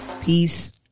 Peace